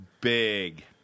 big